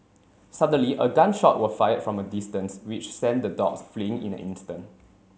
suddenly a gun shot were fired from a distance which sent the dogs fleeing in an instant